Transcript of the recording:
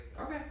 okay